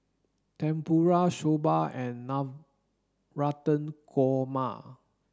Tempura Soba and Navratan Korma